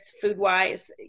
food-wise